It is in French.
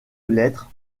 lettres